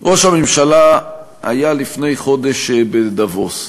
ראש הממשלה היה לפני חודש בדבוס.